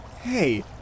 Hey